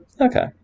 Okay